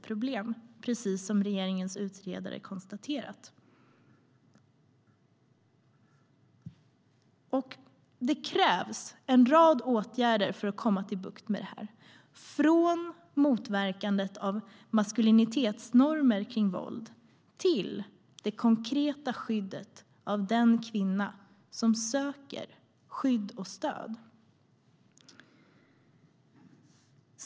Precis som regeringens utredare konstaterat är detta ett folkhälsoproblem, och det krävs en rad åtgärder för att få bukt med detta, från motverkandet av maskulinitetsnormer kring våld till det konkreta skyddet av den kvinna som söker skydd och stöd.